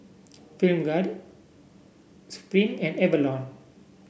Film God Supreme and Avalon